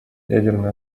ядерное